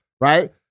right